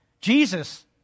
Jesus